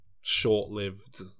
short-lived